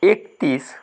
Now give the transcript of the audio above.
एकतीस